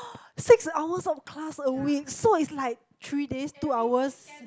six hours of class a week so is like three days two hours